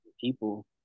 People